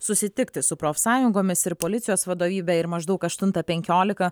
susitikti su profsąjungomis ir policijos vadovybe ir maždaug aštuntą penkiolika